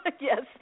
Yes